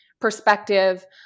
perspective